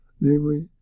namely